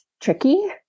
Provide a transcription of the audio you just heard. tricky